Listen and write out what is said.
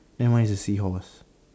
then one is the seahorse